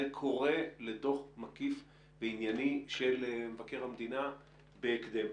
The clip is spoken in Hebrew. זה קורא לדוח מקיף וענייני של מבקר המדינה בהקדם.